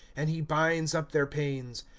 and he binds up their pains.